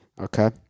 Okay